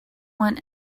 want